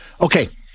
okay